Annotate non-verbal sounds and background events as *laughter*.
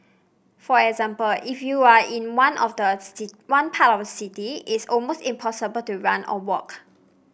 for example if you are in one of the *unintelligible* one part city it's almost impossible to run or walk